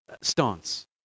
stance